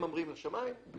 ממריאים לשמים,